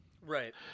Right